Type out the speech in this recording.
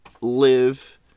live